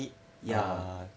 ya